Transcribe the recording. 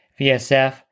VSF